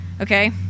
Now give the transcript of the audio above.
Okay